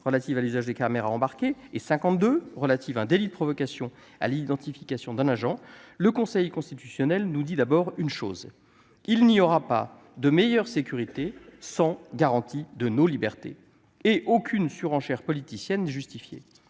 relatif à l'usage des caméras embarquées et de l'article 52, relatif à un délit de provocation à l'identification d'un agent, le Conseil constitutionnel souligne avant tout qu'il n'y aura pas de meilleure sécurité sans garantie de nos libertés et qu'aucune surenchère politicienne n'est justifiée.